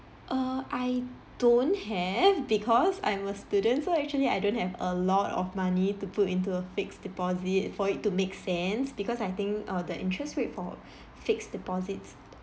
uh I don't have because I'm a student so actually I don't have a lot of money to put into a fixed deposit for it to make sense because I think uh the interest rate for fixed deposits